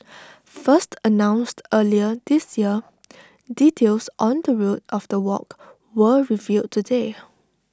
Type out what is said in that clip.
first announced earlier this year details on the route of the walk were revealed today